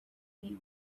meal